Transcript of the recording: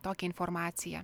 tokią informaciją